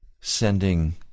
sending